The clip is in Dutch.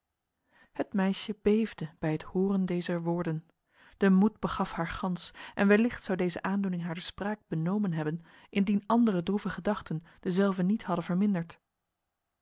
het meisje beefde bij het horen dezer woorden de moed begaf haar gans en wellicht zou deze aandoening haar de spraak benomen hebben indien andere droeve gedachten dezelve niet hadden verminderd